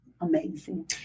amazing